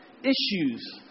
issues